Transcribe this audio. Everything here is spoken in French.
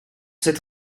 cette